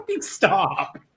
stop